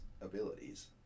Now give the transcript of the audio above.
abilities